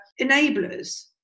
enablers